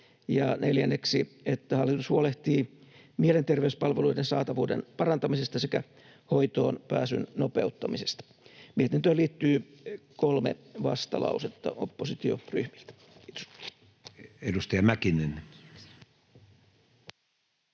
neljänneksi, että hallitus huolehtii mielenterveyspalveluiden saatavuuden parantamisesta sekä hoitoon pääsyn nopeuttamisesta.” Mietintöön liittyy kolme vastalausetta oppositioryhmiltä. — Kiitos. Edustaja Mäkinen. Arvoisa